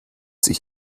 sich